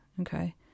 okay